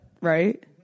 right